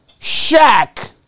Shaq